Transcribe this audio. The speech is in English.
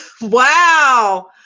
wow